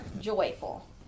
joyful